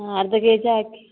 ಹಾಂ ಅರ್ಧ K G ಹಾಕಿ